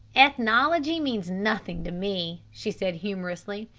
ethnology means nothing to me, she said humorously.